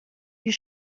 you